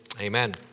amen